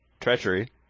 Treachery